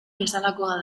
bezalakoa